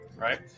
Right